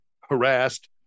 harassed